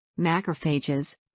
macrophages